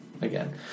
again